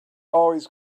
always